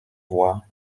voie